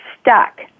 stuck